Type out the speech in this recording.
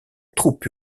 troupe